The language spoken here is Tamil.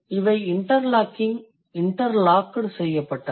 இவை இன்டர்லாக்கிங் இன்டர்லாக்டு செய்யப்பட்டவை